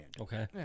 Okay